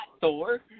Thor